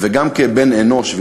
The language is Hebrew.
וגם כבן-אנוש.